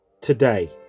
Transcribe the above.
today